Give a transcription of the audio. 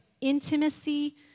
intimacy